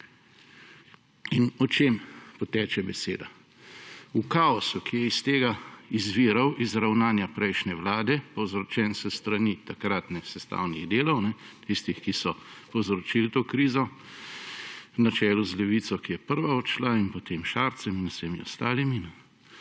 O čem teče beseda? O kaosu, ki je iz tega izviral, iz ravnanja prejšnje vlade, povzročen s strani takratnih sestavnih delov, tistih, ki so povzročili to krizo, na čelu z Levico, ki je prva odšla, in potem Šarcem in vsemi ostalimi.